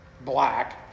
black